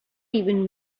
even